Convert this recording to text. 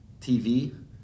TV